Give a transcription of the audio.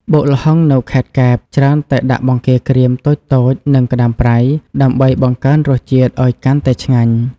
បុកល្ហុងនៅខេត្តកែប ច្រើនតែដាក់បង្គាក្រៀមតូចៗ និងក្តាមប្រៃ ដើម្បីបង្កើនរសជាតិឱ្យកាន់តែឆ្ងាញ់។